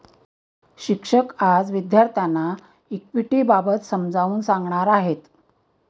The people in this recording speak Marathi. शिक्षक आज विद्यार्थ्यांना इक्विटिबाबत समजावून सांगणार आहेत